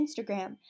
Instagram